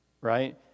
Right